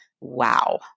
wow